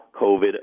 covid